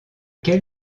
quel